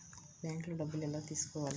బ్యాంక్లో డబ్బులు ఎలా తీసుకోవాలి?